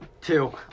Two